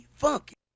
funky